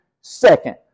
second